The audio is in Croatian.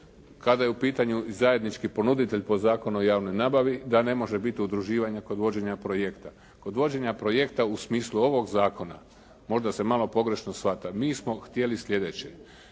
kada je u pitanju zajednički ponuditelj po Zakonu o javnoj nabavi da ne može bit udruživanja kod vođenja projekta. Kod vođenja projekta u smislu ovog zakona možda se malo pogrešno shvaća. Mi smo htjeli sljedeće.